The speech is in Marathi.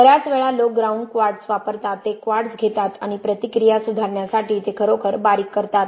बर्याच वेळा लोक ग्राउंड क्वार्ट्ज वापरतात ते क्वार्ट्ज घेतात आणि प्रतिक्रिया सुधारण्यासाठी ते खरोखर बारीक करतात